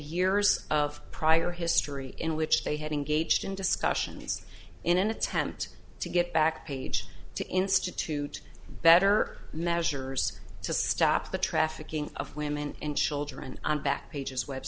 years of prior history in which they had engaged in discussions in an attempt to get back page to institute better measures to stop the trafficking of women and children and back pages web